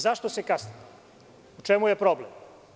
Zašto se kasni, u čemu je problem?